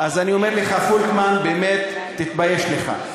אני אומר לך, פולקמן, באמת, תתבייש לך.